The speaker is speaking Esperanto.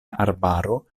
arbaro